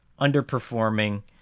underperforming